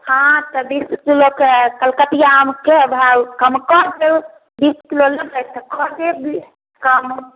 हँ तऽ बीस किलो के कलकतिआ आमके भाव कम कऽ देब बीस किलो लेबै तऽ कऽ देब बीस कहाँ दुन